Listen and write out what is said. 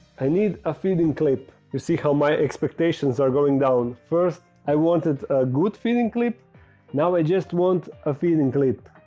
i need a feeding clip you see how my expectations are going down first. i wanted a good feeling clip now i just want a feeling clipped